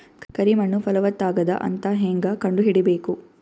ಕರಿ ಮಣ್ಣು ಫಲವತ್ತಾಗದ ಅಂತ ಹೇಂಗ ಕಂಡುಹಿಡಿಬೇಕು?